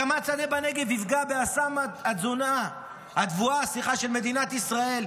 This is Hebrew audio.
הקמת שדה בנגב תפגע באסם התבואה של מדינת ישראל,